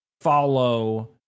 follow